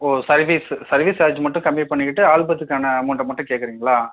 ஓ service service charge மட்டும் கம்மி பண்ணிக்கிட்டு ஆல்பத்துக்கான அமௌண்ட்டை மட்டும் கேக்குறிங்ளா